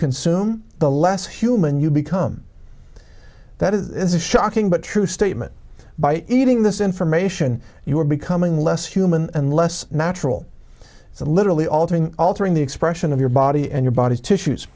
consume the less human you've become that is a shocking but true statement by eating this information you are becoming less human and less natural literally altering altering the expression of your body and your body's tissues